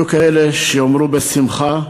יהיו כאלה שיאמרו בשמחה